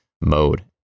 mode